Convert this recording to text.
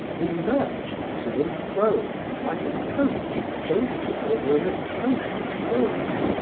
he lurched to and fro like a coach jolted over an atrocious road.